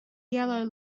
yellow